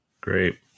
Great